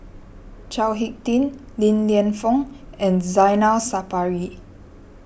Chao Hick Tin Li Lienfung and Zainal Sapari